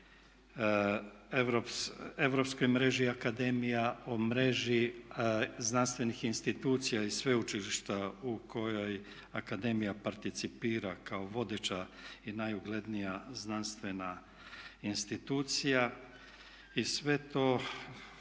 Europskoj mreži akademija, o mreži znanstvenih institucija i sveučilišta u kojoj akademija participira kao vodeća i najuglednija znanstvena institucija. Sve to